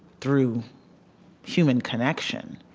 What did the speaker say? through human connection,